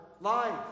life